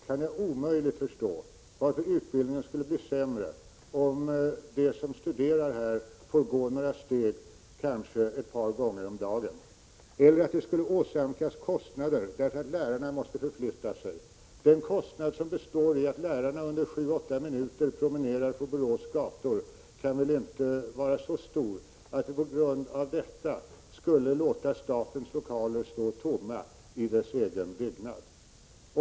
Jag kan omöjligt förstå varför utbildningen skulle bli sämre, om de studerande får gå några steg kanske ett par gånger om dagen, eller att det skulle åsamka kostnader att lärarna måste förflytta sig. Den kostnad som uppstår i och med att lärarna under sju åtta minuter promenerar på Borås gator kan väl inte vara så stor, att vi på grund av den skulle låta statens lokaler i statens egen byggnad stå tomma?